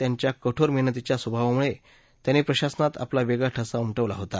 त्यांच्या कठोर मेहनतीच्या स्वभावामुळे त्यांनी प्रशासनात आपला वेगळा ठसा उम बिला होता